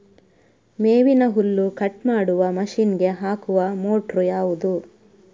ಮೇವಿನ ಹುಲ್ಲು ಕಟ್ ಮಾಡುವ ಮಷೀನ್ ಗೆ ಹಾಕುವ ಮೋಟ್ರು ಯಾವುದು?